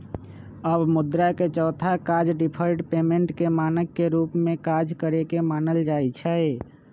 अब मुद्रा के चौथा काज डिफर्ड पेमेंट के मानक के रूप में काज करेके न मानल जाइ छइ